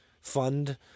Fund